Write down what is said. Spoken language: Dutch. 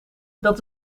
dat